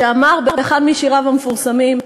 שאמר באחד משיריו המפורסמים,